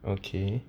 okay